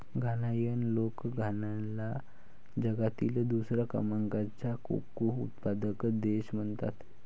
घानायन लोक घानाला जगातील दुसऱ्या क्रमांकाचा कोको उत्पादक देश म्हणतात